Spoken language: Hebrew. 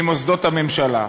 ממוסדות הממשלה.